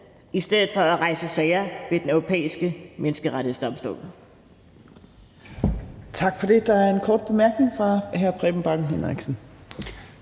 i stedet for at rejse sager ved Den Europæiske Menneskerettighedsdomstol.